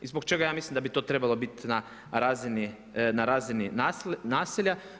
I zbog čega ja mislim da bi to trebalo biti na razini naselja?